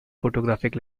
photographic